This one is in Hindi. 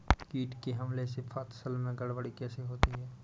कीट के हमले से फसल में गड़बड़ी कैसे होती है?